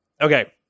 Okay